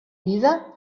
vida